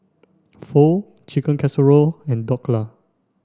Pho Chicken Casserole and Dhokla